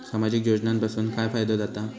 सामाजिक योजनांपासून काय फायदो जाता?